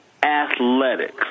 athletics